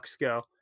go